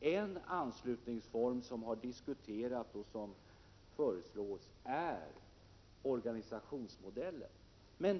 En anslutningsform som har diskuterats och som föreslås är organisationsmodellen.